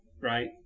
right